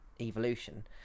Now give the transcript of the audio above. evolution